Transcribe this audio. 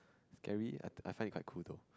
scary I I find it quite cool though